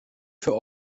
für